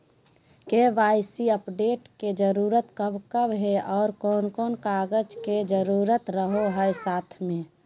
KYC update के जरूरत कब कब है और कौन कौन कागज के जरूरत रहो है साथ में?